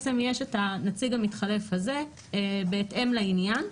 יש את הנציג המתחלף הזה בהתאם לעניין,